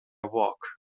walk